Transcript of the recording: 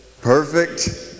perfect